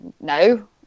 no